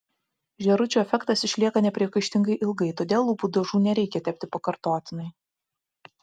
žėručių efektas išlieka nepriekaištingai ilgai todėl lūpų dažų nereikia tepti pakartotinai